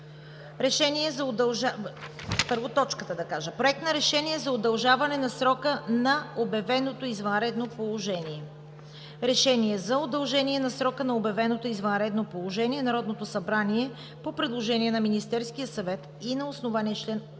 РЕШЕНИЕ за удължаване на срока на обявеното извънредно положение Народното събрание по предложение на Министерския съвет и на основание на